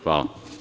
Hvala.